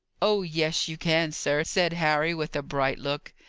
oh yes, you can, sir, said harry, with a bright look.